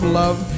love